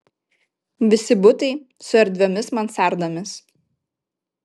visi butai su erdviomis mansardomis